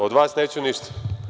Od vas neću ništa.